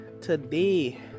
today